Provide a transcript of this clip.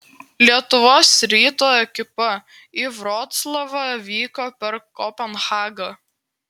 lietuvos ryto ekipa į vroclavą vyko per kopenhagą